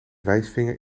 wijsvinger